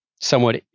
somewhat